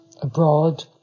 abroad